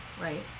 right